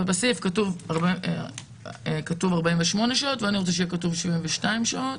בסעיף כתוב "48 שעות" ואני רוצה שיהיה כתוב "72 שעות".